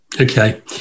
Okay